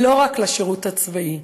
ולא רק לשירות הצבאי.